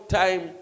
time